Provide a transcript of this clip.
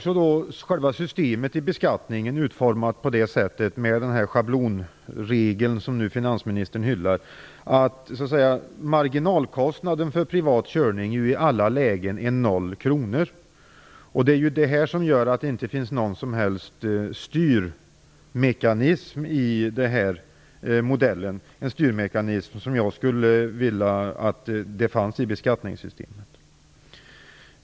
Själva systemet för beskattningen, med den schablonregel som finansministern hyllar, är utformat så att marginalkostnaden för privat körning i alla lägen är 0 kronor. Detta gör att det inte finns någon som helst styrmekanism i modellen. En sådan styrmekanism skulle jag vilja att det fanns i beskattningssystemet.